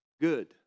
good